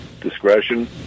discretion